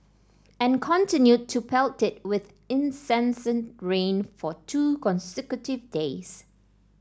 and continued to pelt it with incessant rain for two consecutive days